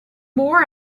more